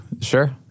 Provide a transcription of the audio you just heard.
Sure